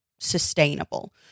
sustainable